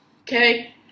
okay